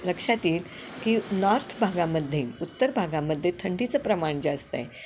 लक्षात येईल की नॉर्थ भागामध्ये उत्तर भागामध्ये थंडीचं प्रमाण जास्त आहे